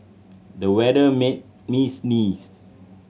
the weather made me sneeze